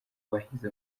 wahize